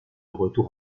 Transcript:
retour